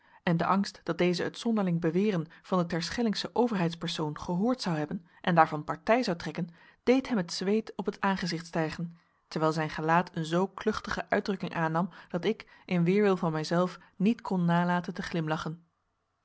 en de angst dat deze het zonderling beweren van den terschellingschen overheidspersoon gehoord zou hebben en daarvan partij trekken deed hem het zweet op het aangezicht stijgen terwijl zijn gelaat een zoo kluchtige uitdrukking aannam dat ik in weerwil van mijzelf niet kon nalaten te glimlachen